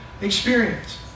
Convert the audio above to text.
experience